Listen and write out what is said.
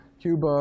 Cuba